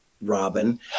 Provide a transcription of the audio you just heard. Robin